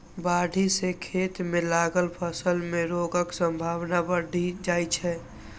बाढ़ि सं खेत मे लागल फसल मे रोगक संभावना बढ़ि जाइ छै